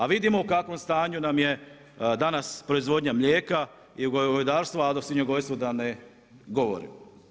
A vidimo u kakvom stanju nam je danas proizvodnja mlijeka i govedarstva, a o svinjogojstvu da ne govorim.